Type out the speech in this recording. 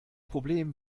problem